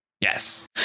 Yes